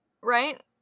right